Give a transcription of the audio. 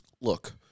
look